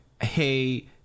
hey